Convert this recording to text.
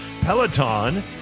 Peloton